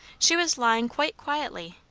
she was lying quite quietly,